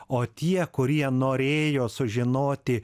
o tie kurie norėjo sužinoti